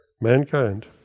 Mankind